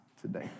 today